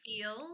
feel